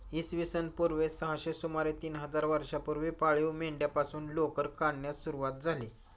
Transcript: इसवी सन पूर्व सहाशे सुमारे तीन हजार वर्षांपूर्वी पाळीव मेंढ्यांपासून लोकर काढण्यास सुरवात झाली